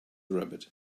rabbit